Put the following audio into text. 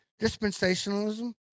dispensationalism